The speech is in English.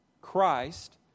Christ